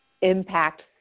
impact